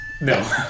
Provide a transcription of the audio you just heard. No